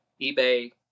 eBay